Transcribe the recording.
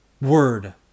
word